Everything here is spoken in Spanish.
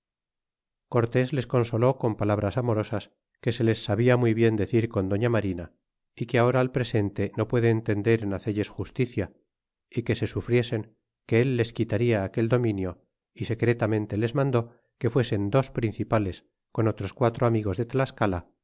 les consoló con palabras amorosas que se les sabia muy bien decir con doña marina é que ahora al presente no puede entender en hacelles justicia é que se sufriesen que él les quitarla aquel dominio é secretamente les mandó que fuesen dos principales con otros cuatro amigos de tlascala